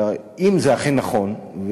אם זה אכן נכון,